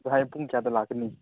ꯑꯗꯨ ꯍꯌꯦꯡ ꯄꯨꯡ ꯀꯌꯥꯗ ꯂꯥꯛꯀꯅꯤ